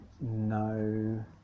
No